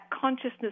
consciousness